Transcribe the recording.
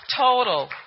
Total